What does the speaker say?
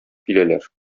киләләр